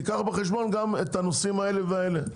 שייקח גם בחשבון את הנושאים האלה והאלה.